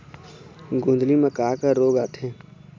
गोंदली म का का रोग आथे?